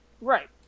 Right